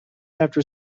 after